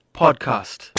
podcast